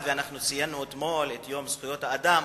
אנחנו ציינו אתמול את יום זכויות האדם.